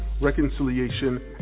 reconciliation